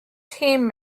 team